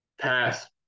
pass